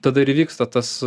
tada ir įvyksta tas